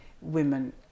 women